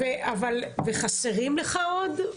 חסרים לך עוד?